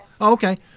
Okay